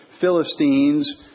Philistines